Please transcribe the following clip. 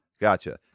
Gotcha